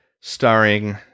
Starring